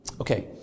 Okay